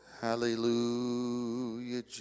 Hallelujah